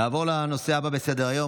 נעבור לנושא הבא בסדר-היום,